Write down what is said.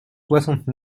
soixante